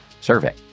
survey